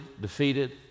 defeated